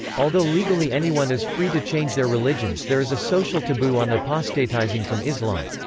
although legally anyone is free to change their religion, there is a social taboo on apostatising from islam.